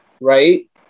right